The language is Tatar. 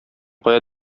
кая